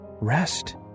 rest